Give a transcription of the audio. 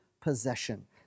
possession